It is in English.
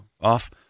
off